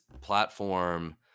platform